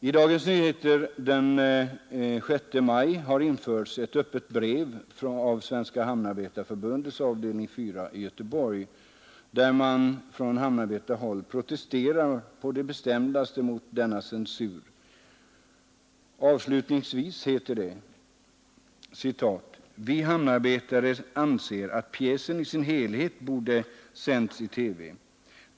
I Dagens Nyheter för den 6 maj har införts ett öppet brev av Svenska hamnarbetarförbundets avdelning 4 i Göteborg, där man från hamnarbetarhåll på det bestämdaste protesterar mot denna censur. Avslutningsvis heter det: Vi hamnarbetare anser att pjäsen som helhet borde sänts i TV.